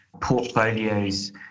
portfolios